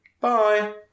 bye